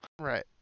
Right